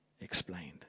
explained